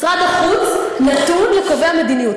משרד החוץ נתון לקובעי המדיניות.